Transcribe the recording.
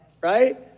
right